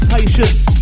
Patience